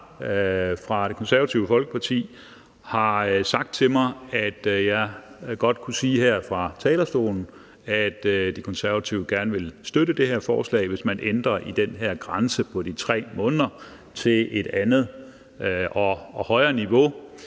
fra Det Konservative Folkeparti har sagt til mig, at jeg godt her fra talerstolen kunne sige, at De Konservative gerne vil støtte det her forslag, hvis man ændrer den her grænse på de 3 måneder til et andet og højere niveau,